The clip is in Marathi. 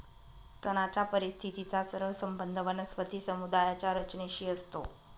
तणाच्या परिस्थितीचा सरळ संबंध वनस्पती समुदायाच्या रचनेशी असतो